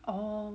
oh